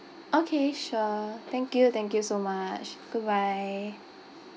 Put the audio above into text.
okay sure thank you thank you so much goodbye